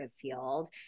field